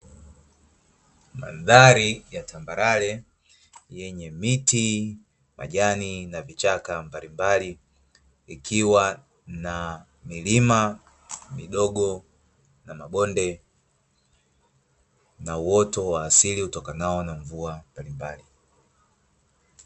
Mandhari ya tambarare yenye miti na majani, na vichaka mbalimbali; ikiwa na milima midogo na mabonde na uoto wa asili; utokanao na mvua mbalimbali.